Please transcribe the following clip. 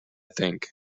think